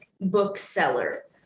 bookseller